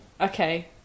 Okay